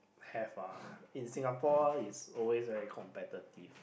have ah in Singapore it's always very competitive